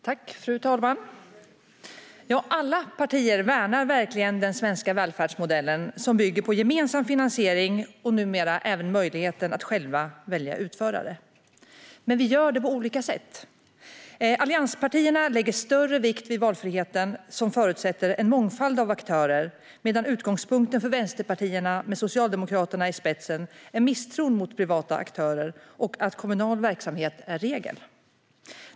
Fru talman! Alla partier värnar verkligen den svenska välfärdsmodellen, som bygger på gemensam finansiering och numera även möjligheten att själv välja utförare. Men vi gör det på olika sätt. Allianspartierna lägger större vikt vid valfriheten, som förutsätter en mångfald av aktörer, medan utgångspunkten för vänsterpartierna, med Socialdemokraterna i spetsen, är misstron mot privata aktörer och att kommunal verksamhet är regel.